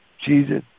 Jesus